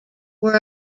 were